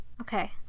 Okay